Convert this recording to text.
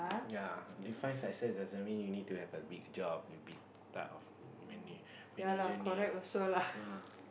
ya define success doesn't mean you need to have a big job a big type of man~ manager name ah